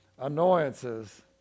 annoyances